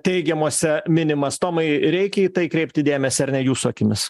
teigiamose minimas tomai reikia į tai kreipti dėmesį ar ne jūsų akimis